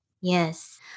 Yes